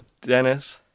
Dennis